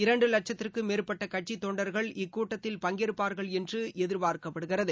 இரண்டு வட்சத்திற்கும் மேற்பட்ட கட்சித் தொண்டர்கள் இக்கூட்டத்தில் பங்கேற்பார்கள் என்று எதிர்பார்க்கப்படுகிறது